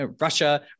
Russia